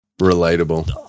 Relatable